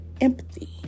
empathy